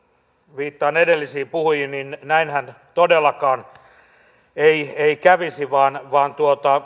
viittaan edellisiin puhujiin näinhän todellakaan ei ei kävisi vaan vaan